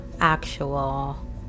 actual